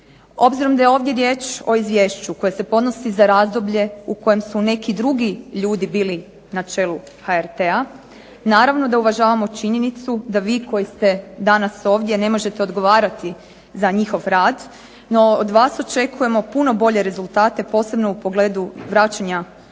Obzirom da je ovdje riječ o izvješću koje se podnosi za razdoblje u kojem su neki drugi ljudi bili na čelu HRT-a naravno da uvažavamo činjenicu da vi koji ste danas ovdje ne možete odgovarati za njihov rad, no od vas očekujemo puno bolje rezultate, posebno u pogledu vraćanja HRT-a